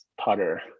putter